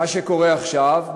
מה שקורה עכשיו,